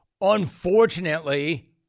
Unfortunately